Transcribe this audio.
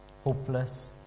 hopeless